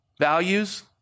values